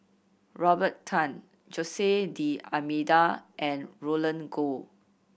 Robert Tan Jose D'Almeida and Roland Goh